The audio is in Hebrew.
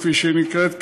כפי שהיא נקראת,